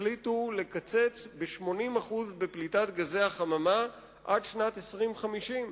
החליטו לקצץ 80% בפליטת גזי החממה עד שנת 2050,